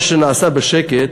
מה שנעשה בשקט,